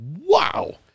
wow